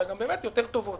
אלא גם באמת יותר טובות.